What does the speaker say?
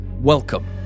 Welcome